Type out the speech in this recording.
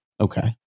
okay